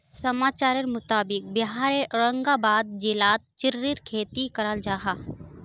समाचारेर मुताबिक़ बिहारेर औरंगाबाद जिलात चेर्रीर खेती कराल जाहा